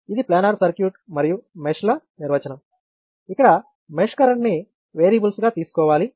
ఇది planar circuit మరియు మెష్ల నిర్వచనం ఇక్కడ మెష్ కరెంట్ ని వేరియబుల్స్ గా తీసుకోవాలి